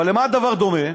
אבל למה הדבר דומה?